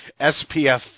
SPF